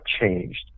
changed